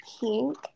pink